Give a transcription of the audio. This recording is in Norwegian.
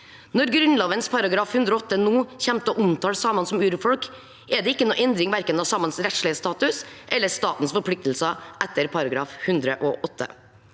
Når Grunnloven § 108 nå kommer til å omtale samene som urfolk, er det ikke noen endring av verken samenes rettslige status eller statens forpliktelser etter § 108.